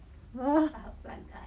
!huh!